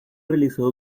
realizado